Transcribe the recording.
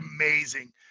amazing